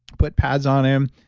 put pads on him,